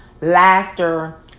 laughter